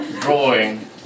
drawing